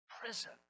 Prison